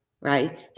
right